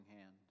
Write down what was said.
hand